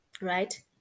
right